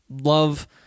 Love